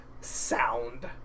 Sound